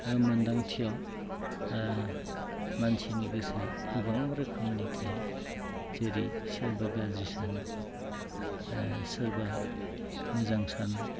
मोनदांथियाव मानसिनि गोसोआ गोबां रोखोमनि थायो जेरै सोरबा गाज्रि सानो सोरबा मोजां सानो